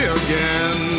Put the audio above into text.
again